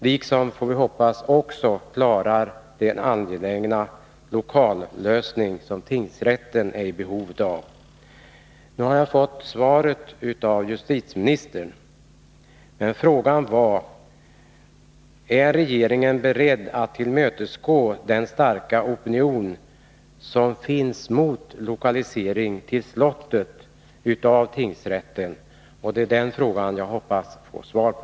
Vi får också hoppas att regeringen klarar att lösa den för tingsrätten så angelägna lokalfrågan. Nu har jag fått svaret av justitieministern. Men frågan var: Är regeringen beredd att tillmötesgå den starka opinion som finns mot lokalisering till slottet av tingsrätten? Det är den frågan jag hoppas få svar på.